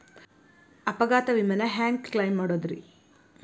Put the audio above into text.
ಅಪಘಾತ ವಿಮೆನ ಹ್ಯಾಂಗ್ ಕ್ಲೈಂ ಮಾಡೋದ್ರಿ?